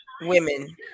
women